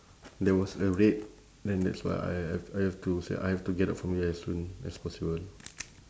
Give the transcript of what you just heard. there was a raid then that's why I have I have to s~ I have to get out from here as soon as possible